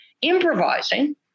Improvising